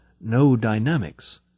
no-dynamics